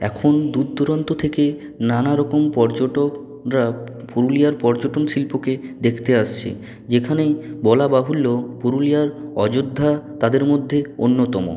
এখন দূরদূরান্ত থেকে নানা রকম পর্যটকরা পুরুলিয়ার পর্যটনশিল্পকে দেখতে আসছে যেখানে বলাবাহুল্য পুরুলিয়ার অযোধ্যা তাদের মধ্যে অন্যতম